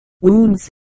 wounds